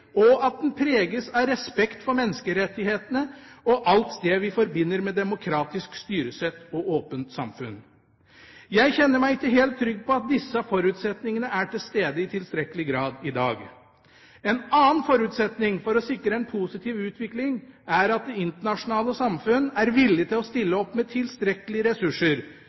og at den preges av respekt for menneskerettighetene og alt det vi forbinder med demokratisk styresett og åpent samfunn. Jeg kjenner meg ikke helt trygg på at disse forutsetningene er til stede i tilstrekkelig grad i dag. En annen forutsetning for å sikre en positiv utvikling er at det internasjonale samfunn er villig til å stille opp med tilstrekkelige ressurser